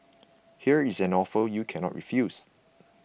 here's an offer you cannot refuse